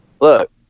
look